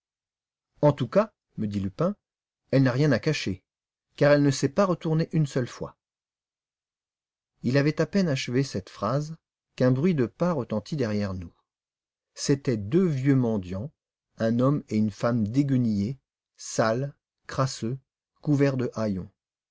en tout cas me dit lupin elle n'a rien à cacher car elle ne s'est pas retournée une seule fois il avait à peine achevé cette phrase qu'un bruit de pas retentit derrière nous c'étaient deux vieux mendiants un homme et une femme déguenillés sales crasseux couverts de haillons